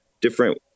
different